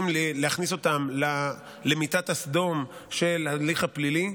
להכניס אותם למיטת הסדום של ההליך הפלילי,